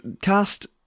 cast